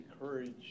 encourage